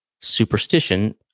Superstition